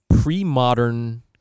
pre-modern